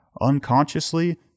Unconsciously